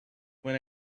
when